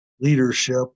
leadership